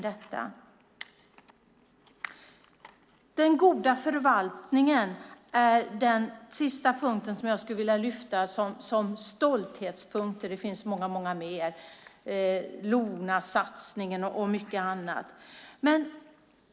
Den goda förvaltningen är den sista punkten som jag skulle vilja lyfta fram som stolthetspunkt. Det finns många fler, Lonasatsningen och mycket annat.